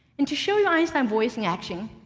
and to show you einstein voice in action,